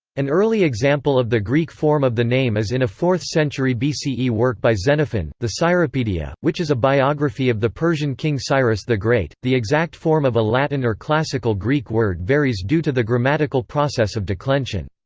an early example of the greek form of the name is in a fourth century bce yeah work by xenophon, the cyropaedia, which is a biography of persian king cyrus the great the exact form of a latin or classical greek word varies due to the grammatical process of declension.